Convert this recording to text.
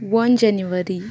one January